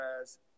guys